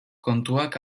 kontuak